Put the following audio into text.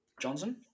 Johnson